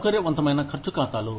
సౌకర్యవంతమైన ఖర్చు ఖాతాలు